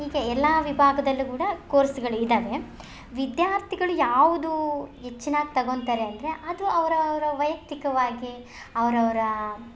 ಹೀಗೆ ಎಲ್ಲ ವಿಭಾಗದಲ್ಲೂ ಕೂಡ ಕೋರ್ಸ್ಗಳು ಇದ್ದಾವೆ ವಿದ್ಯಾರ್ಥಿಗಳ್ ಯಾವುದೂ ಹೆಚ್ಚಿನಾಗ್ ತಗೊತಾರೆ ಅಂದರೆ ಅದು ಅವರವ್ರ ವೈಯಕ್ತಿಕವಾಗಿ ಅವರವ್ರಾ